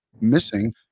missing